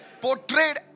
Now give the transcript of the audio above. portrayed